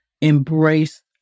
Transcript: embrace